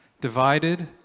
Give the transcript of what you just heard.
Divided